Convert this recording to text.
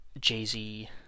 Jay-Z